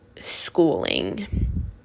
schooling